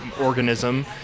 organism